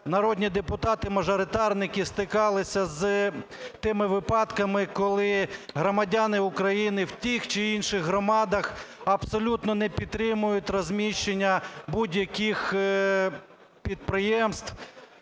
народні депутати-мажоритарники, стикалися з тими випадками, коли громадяни України в тих чи інших громадах абсолютно не підтримують розміщення будь-яких підприємств